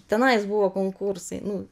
tenais buvo konkursai nu